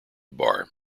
bar